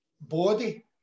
body